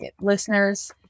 listeners